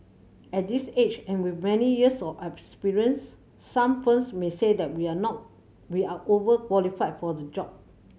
at this age and with many years of experience some firms may say that we are now we are overqualified for the job